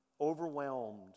overwhelmed